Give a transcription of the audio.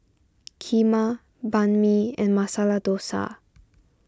Kheema Banh Mi and Masala Dosa